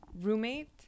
roommate